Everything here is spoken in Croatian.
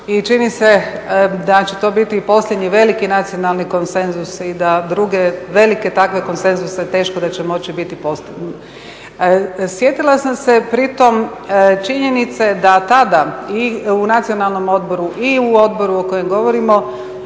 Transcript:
i čini se da će to biti i posljednji veliki nacionalni konsenzus i da druge velike takve konsenzuse teško da će moći biti …/Govornica se ne razumije./… Sjetila sam se pritom činjenice da tada i u Nacionalnom odboru i u odboru o kojem govorimo